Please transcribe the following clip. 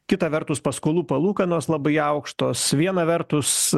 kita vertus paskolų palūkanos labai aukštos viena vertus